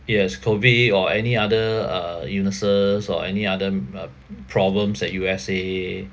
yes COVID or any other uh illnesses or any other mm um problems at U_S_A